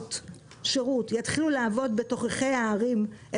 שמוניות השירות יתחילו לעבוד בתוככי הערים,